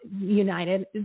united